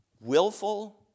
Willful